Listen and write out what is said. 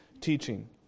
teaching